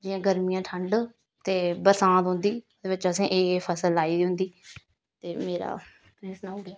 जियां गर्मियां ठंड ते बरसांत औंदी ते बिच्च असें एह् एह् फसल लाई दी होंदी ते मेरा में सनाऊ उड़ेआ